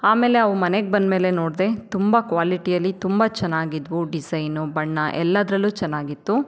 ಆಮೇಲೆ ಅವು ಮನೆಗೆ ಬಂದಮೇಲೆ ನೋಡಿದೆ ತುಂಬ ಕ್ವಾಲಿಟಿಯಲ್ಲಿ ತುಂಬ ಚೆನ್ನಾಗಿದ್ವು ಡಿಸೈನು ಬಣ್ಣ ಎಲ್ಲದರಲ್ಲೂ ಚೆನ್ನಾಗಿತ್ತು